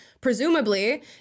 presumably